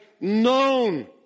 known